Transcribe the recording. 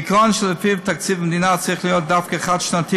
העיקרון שלפיו תקציב המדינה צריך להיות דווקא חד-שנתי